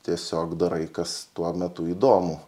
tiesiog darai kas tuo metu įdomu